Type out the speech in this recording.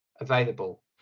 available